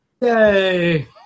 Yay